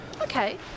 Okay